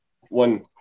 one